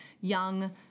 young